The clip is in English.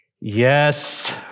Yes